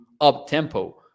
up-tempo